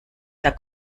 der